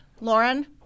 Lauren